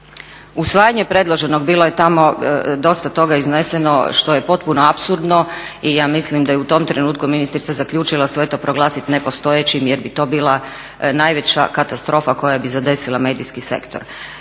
Usvajanje predloženog, bilo je tamo dosta toga izneseno što je potpuno apsurdno i ja mislim da je u tom trenutku ministrica zaključila sve to proglasiti nepostojećim jer bi to bila najveća katastrofa koja bi zadesila medijski sektor.